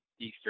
Eastern